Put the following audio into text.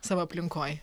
savo aplinkoj